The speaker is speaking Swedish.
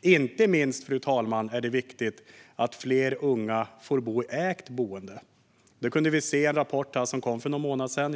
Inte minst är det viktigt att fler unga får bo i ägt boende. Det kunde vi se i en rapport som kom för någon månad sedan.